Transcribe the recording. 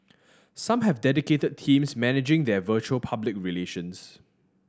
some have dedicated teams managing their virtual public relations